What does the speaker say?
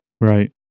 Right